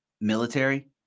military